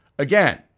Again